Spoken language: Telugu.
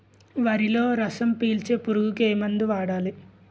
వరిలో రసం పీల్చే పురుగుకి ఏ మందు వాడాలి?